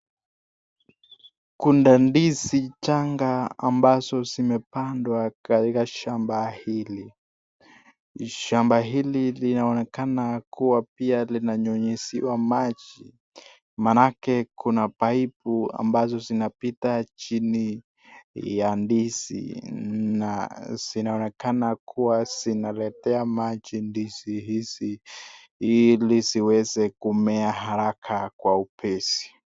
Kuna ndizi changa ambazo zimepandwa katika shamba hili. shamba hili linaonekana kua pia lina nyunyuziwa maji maanake kuna pipu ambazo zinapitia chini ya ndizi, zinaonekana kuwa zinaletea maji ndizi hizi ili ziweze kumea haraka kwa upesi.